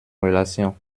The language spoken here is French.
relation